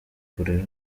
kurera